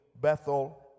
Bethel